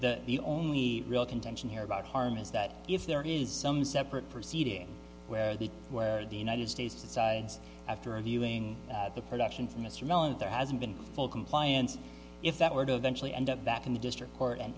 that the only real contention here about harm is that if there is some separate proceeding where the where the united states decides after a viewing the production for mr bell and there hasn't been full compliance if that were to eventually end up back in the district court and